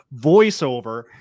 voiceover